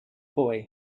boy